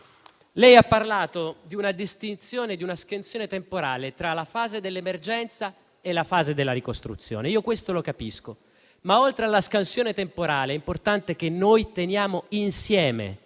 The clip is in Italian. ha parlato di una distinzione e di una scansione temporale tra la fase dell'emergenza e la fase della ricostruzione. Io questo lo capisco, ma oltre alla scansione temporale, è importante che noi teniamo insieme